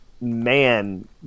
Man